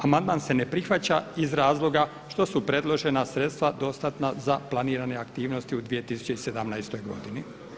Amandman se ne prihvaća iz razloga što su predložena sredstva dostatna za planirane aktivnosti u 2017. godini.